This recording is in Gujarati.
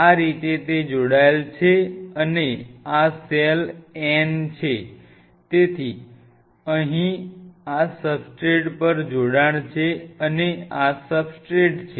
આ રીતે તે જોડાયેલ છે અને આ સેલ n છે તેથી અહીં આ સબસ્ટ્રેટ પર જોડાણ છે અને આ સબસ્ટ્રેટ છે